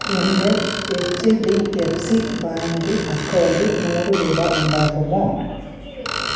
എൻ്റെ H D F C ബാങ്കിൽ അക്കൗണ്ടിൽ നൂറ് രൂപ ഉണ്ടാകുമോ